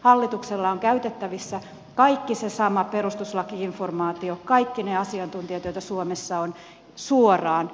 hallituksella on käytettävissä kaikki se sama perustuslaki informaatio kaikki ne asiantuntijat joita suomessa on suoraan